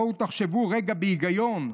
בואו תחשבו רגע בהיגיון.